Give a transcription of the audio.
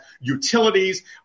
utilities